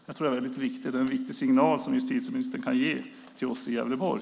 Jag tror att det är en viktig signal som justitieministern kan ge till oss i Gävleborg.